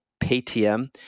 Paytm